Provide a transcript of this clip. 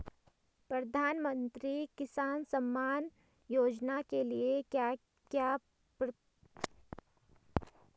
प्रधानमंत्री किसान सम्मान योजना के लिए क्या क्या पात्रताऐं हैं?